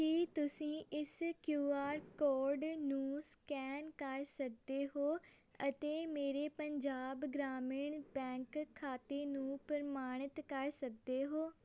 ਕੀ ਤੁਸੀਂਂ ਇਸ Q R code ਨੂੰ ਸਕੈਨ ਕਰ ਸਕਦੇ ਹੋ ਅਤੇ ਮੇਰੇ ਪੰਜਾਬ ਗ੍ਰਾਮੀਣ ਬੈਂਕ ਖਾਤੇ ਨੂੰ ਪ੍ਰਮਾਣਿਤ ਕਰ ਸਕਦੇ ਹੋ